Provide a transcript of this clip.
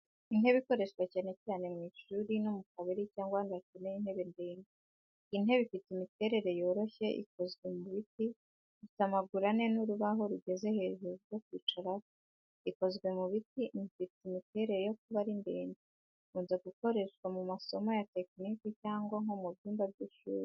Intebe ikoreshwa cyane mu ishuri no mu kabari cyangwa ahandi hakeneye intebe ndende. Iyi ntebe ifite imiterere yoroshye, ikozwe mu biti, ifite amaguru ane n’urubaho rugeze hejuru rwo kwicaraho. Ikozwe mu biti, ifite imiterere yo kuba ari ndende, ikunze gukoreshwa mu masomo ya tekiniki cyangwa nko mu byumba by’ishuri.